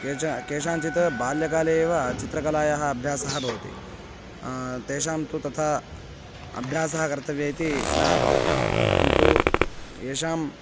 केचन केषाञ्चित् बाल्यकाले एव चित्रकलायाः अभ्यासः भवति तेषां तु तथा अभ्यासः कर्तव्यः इति न आपतति किन्तु येषाम्